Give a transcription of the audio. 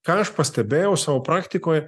ką aš pastebėjau savo praktikoj